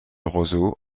roseaux